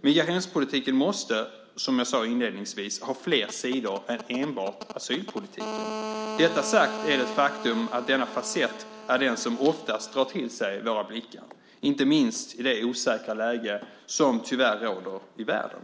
Migrationspolitiken måste, som jag sade inledningsvis, ha flera sidor än enbart asylpolitiken. När detta är sagt är det ett faktum att denna fasett är den som oftast drar till sig våra blickar, inte minst i det osäkra läge som tyvärr råder i världen.